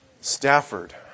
Stafford